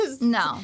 No